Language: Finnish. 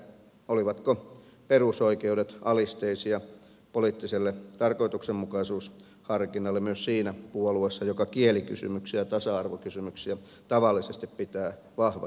olivatko perusoikeudet alisteisia poliittiselle tarkoituksenmukaisuusharkinnalle myös siinä puolueessa joka kielikysymyksiä ja tasa arvokysymyksiä tavallisesti pitää vahvasti esillä